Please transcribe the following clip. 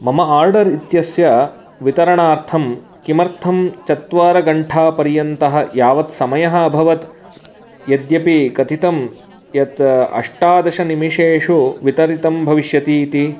मम आर्डर् इत्यस्य वितरणार्थं किमर्थं चत्वारघण्टापर्यन्तः यावत् समयः अभवत् यद्यपि कथितं यत् अष्टादशनिमेशेषु वितरितं भविष्यतीति